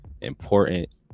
important